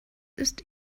ist